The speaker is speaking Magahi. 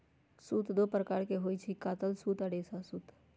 सूत दो प्रकार के होई छई, कातल सूत आ रेशा सूत